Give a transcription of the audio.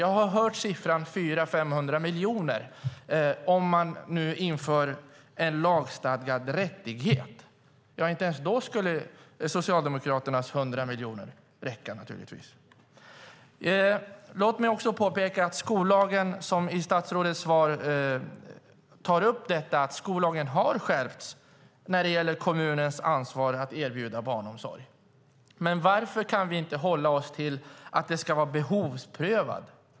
Jag har hört siffrorna 400-500 miljoner för att införa en lagstadgad rättighet. Inte ens då skulle Socialdemokraternas 100 miljoner räcka. Låt mig också påpeka att statsrådet tog i sitt svar upp att skollagen har skärpts när det gäller kommunens ansvar att erbjuda barnomsorg. Men varför kan vi inte hålla oss till att den ska vara behovsprövad?